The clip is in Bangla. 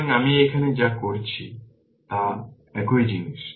সুতরাং আমি এখানে যা করেছি তা একই জিনিস